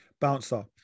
Bouncer